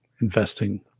investing